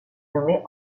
nommée